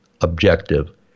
objective